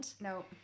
No